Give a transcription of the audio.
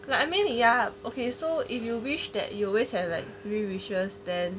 like I mean ya okay so if you wish that you always have like three wishes then